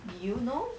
do you know